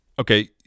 okay